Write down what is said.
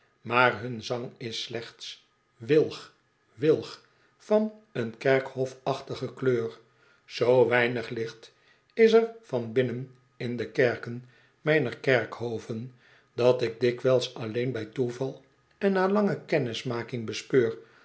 maar hun zang is slechts wilg wilg van con kerkhofachtige kleur zoo weinig licht is er van binnen in de kerken mijner kerkhoven dat ik dikwijls alleen bij toeval en na lango kennismaking bespeur